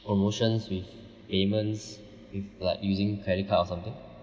promotions with payments with like using credit card or something